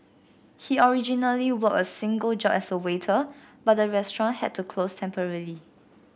he originally worked a single job as a waiter but the restaurant had to close temporarily